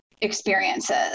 experiences